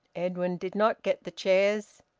edwin did not get the chairs.